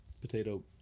Potato